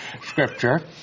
scripture